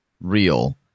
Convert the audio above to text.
real